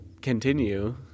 continue